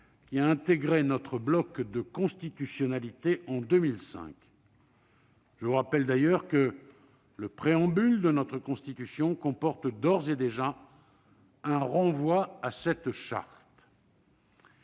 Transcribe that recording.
qui a intégré notre bloc de constitutionnalité en 2005. Je vous rappelle d'ailleurs que le préambule de notre Constitution comporte d'ores et déjà un renvoi à cette Charte.